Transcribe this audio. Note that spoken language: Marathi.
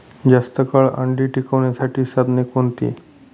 जास्त काळ अंडी टिकवण्यासाठी साधने कोणती?